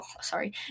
Sorry